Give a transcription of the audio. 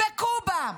בקובה.